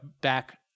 back